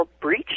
breach